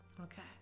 Okay